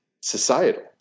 societal